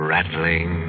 Rattling